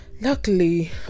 luckily